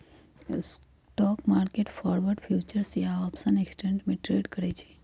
stock market forward, futures या option contracts में trade करई छई